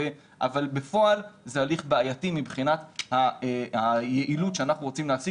אבל בפועל זה הליך בעייתי מבחינת היעילות שאנחנו רוצים להשיג,